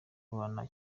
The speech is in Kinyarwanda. abana